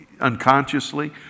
unconsciously